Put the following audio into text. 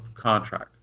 contract